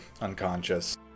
unconscious